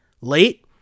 late